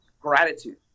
gratitude